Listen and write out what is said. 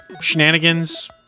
shenanigans